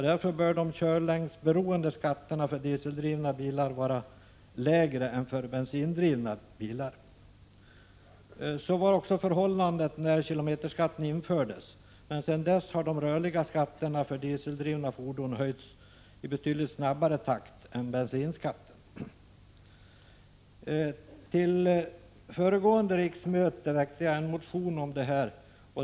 Därför bör de körlängdsberoende skatterna för dieseldrivna bilar vara lägre än för bensindrivna bilar. Så var också förhållandet när kilometerskatten infördes. Men sedan dess har de rörliga skatterna för dieseldrivna fordon höjts i betydligt snabbare takt än bensinskatten. Till föregående riksmöte väckte jag en motion om detta.